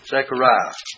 Zechariah